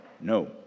No